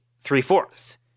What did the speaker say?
three-fourths